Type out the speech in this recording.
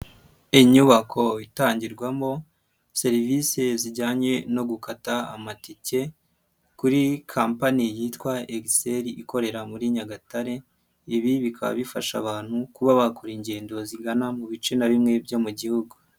Inyubako itangirwamo serivisi zijyanye no gukata amatike, kuri kompani yitwa Excel ikorera muri Nyagatare, ibi bikaba bifasha abantu kuba bakora ingendo zigana mu bice na bimwe byo mu Gihugu.